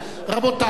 איזה מפלגה, רבותי,